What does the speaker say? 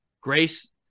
Grace